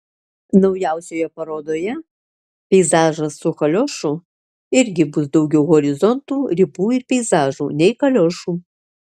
naujausioje parodoje peizažas su kaliošu irgi bus daugiau horizontų ribų ir peizažų nei kaliošų